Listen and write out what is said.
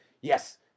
yes